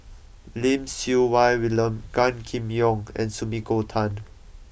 Lim Siew Wai William Gan Kim Yong and Sumiko Tan